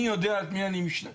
אני יודע את מי אני משחרר?